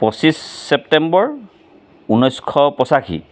পঁচিছ ছেপ্তেম্বৰ ঊনৈছশ পঁচাশী